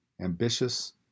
ambitious